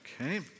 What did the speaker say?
Okay